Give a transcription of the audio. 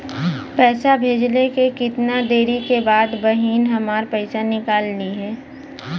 पैसा भेजले के कितना देरी के बाद बहिन हमार पैसा निकाल लिहे?